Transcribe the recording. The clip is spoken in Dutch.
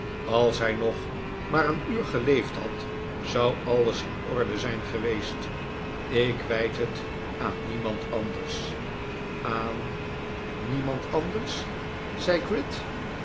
als hij nog maar een uur geleefd had zou alles in orde zijn geweest ik wijt het aan niemand anders aan ni niemand anders